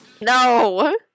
No